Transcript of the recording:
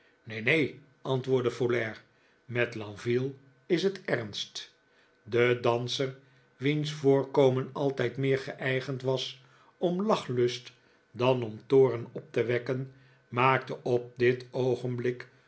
neen neen antwoordde folair met lenville is het erhst de danser wiens voorkomen altijd meer geeigend was om lachlust dan om toorn op te wekken maakte op dit oogenblik